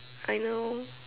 I know